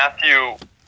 Matthew